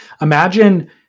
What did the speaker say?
imagine